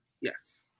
Yes